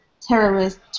terrorist